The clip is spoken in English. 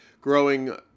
Growing